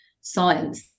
science